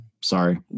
sorry